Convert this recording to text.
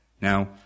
Now